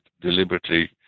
deliberately